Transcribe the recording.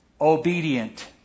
Obedient